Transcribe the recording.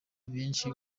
benshi